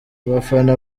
abafana